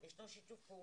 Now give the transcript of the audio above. תעשו את הבדיקה.